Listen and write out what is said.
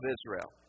Israel